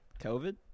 COVID